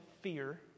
fear